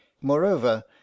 Moreover